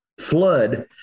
flood